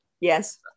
yes